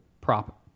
prop